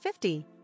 50